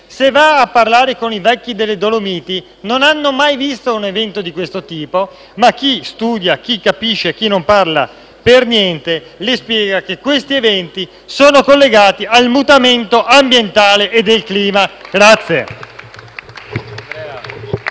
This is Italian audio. Se va a parlare con i vecchi delle Dolomiti, le diranno che non hanno mai visto un evento di questo tipo, ma chi studia, chi capisce e chi non parla per niente le spiegherà che questi eventi sono collegati al mutamento ambientale e del clima.